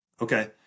Okay